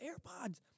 AirPods